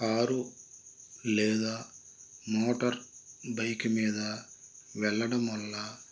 car లేదా motor bike మీద వెళ్ళడం వల్ల